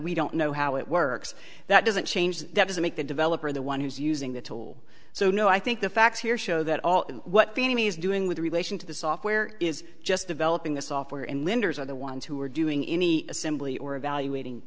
we don't know how it works that doesn't change that doesn't make the developer the one who's using the tool so no i think the facts here show that all what the enemy is doing with relation to the software is just developing the software and winders are the ones who are doing any assembly or evaluating